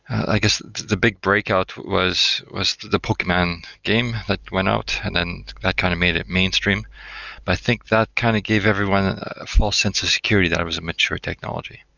i guess the big breakout was was the pokemon game that went out and then that kind of made it mainstream. but i think that kind of gave everyone a false sense of security that it was a mature technology.